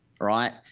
right